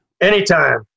Anytime